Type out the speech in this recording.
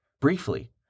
briefly